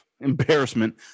embarrassment